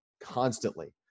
constantly